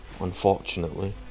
unfortunately